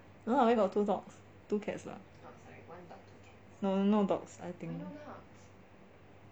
no lah where got two dogs two cats lah no no dogs I think